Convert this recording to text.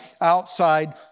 outside